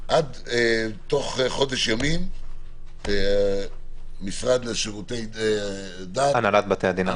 תוך חודש ימים המשרד לשירותי דת --- הנהלת בתי הדין הרבניים.